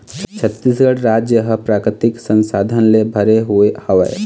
छत्तीसगढ़ राज ह प्राकृतिक संसाधन ले भरे हुए हवय